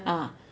ah